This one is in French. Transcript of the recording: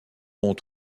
auront